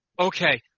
okay